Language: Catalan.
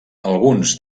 alguns